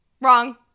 Wrong